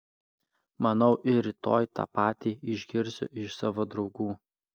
manau ir rytoj tą patį išgirsiu iš savo draugų